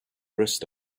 rest